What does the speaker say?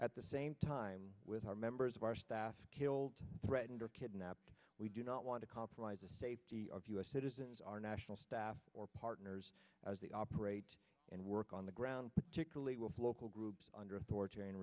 at the same time with our members of our staff killed threatened or kidnapped we do not want to compromise the safety of u s citizens our national staff or partners as they operate and work on the ground particularly with local groups und